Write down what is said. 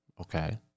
Okay